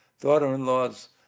daughter-in-laws